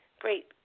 great